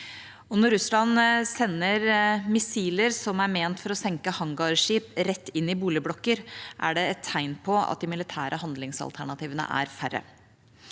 Når Russland sender missiler som er ment for å senke hangarskip, rett inn i boligblokker, er det et tegn på at de militære handlingsalternativene er færre.